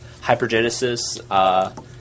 Hypergenesis